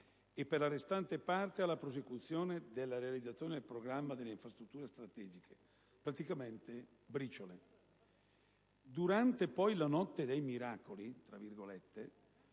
e per la restante parte alla prosecuzione della realizzazione del programma delle infrastrutture strategiche (praticamente briciole). Durante la «notte dei miracoli» - quella